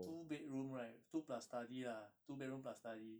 two bedroom right two plus study lah two bedroom plus study